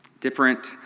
different